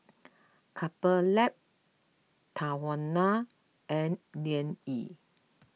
Couple Lab Tahuna and Liang Yi